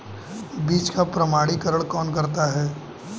बीज का प्रमाणीकरण कौन करता है?